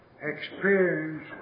experience